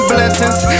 Blessings